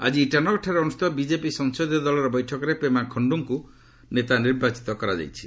ଆଜି ଇଟାନଗରଠାରେ ଅନୁଷ୍ଠିତ ବିଜେପି ସଂସଦୀୟ ଦଳର ବୈଠକରେ ପେମା ଖଖ୍ଜୁଙ୍କୁ ନେତା ନିର୍ବାଚିତ କରାଯାଇଛି